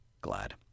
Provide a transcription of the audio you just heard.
glad